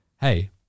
Hey